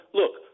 look